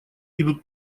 идут